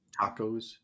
Tacos